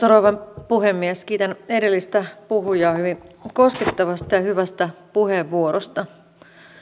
rouva puhemies kiitän edellistä puhujaa hyvin koskettavasta ja hyvästä puheenvuorosta